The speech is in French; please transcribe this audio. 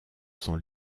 sont